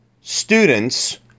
students